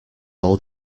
all